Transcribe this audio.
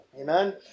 Amen